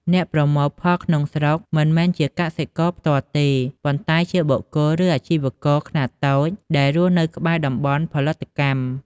អ្នកប្រមូលក្នុងស្រុកមិនមែនជាកសិករផ្ទាល់ទេ ប៉ុន្តែជាបុគ្គល ឬអាជីវករខ្នាតតូចដែលរស់នៅក្បែរតំបន់ផលិតកម្ម។